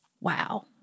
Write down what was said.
wow